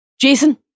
Jason